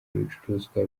ibicuruzwa